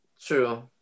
True